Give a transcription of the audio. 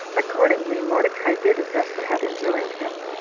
accordingly, mordecai did as esther had enjoined him,